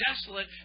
desolate